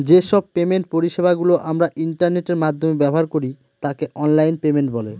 যে সব পেমেন্ট পরিষেবা গুলো আমরা ইন্টারনেটের মাধ্যমে ব্যবহার করি তাকে অনলাইন পেমেন্ট বলে